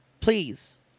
please